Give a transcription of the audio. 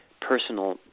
personal